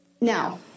Now